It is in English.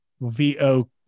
VO